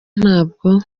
ntabwo